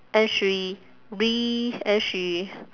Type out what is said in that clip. and she breathe and she